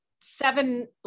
Seven